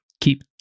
keep